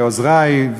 לעוזרי,